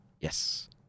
Yes